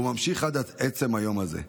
והוא ממשיך עד עצם היום הזה.